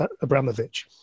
Abramovich